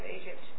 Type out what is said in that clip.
Egypt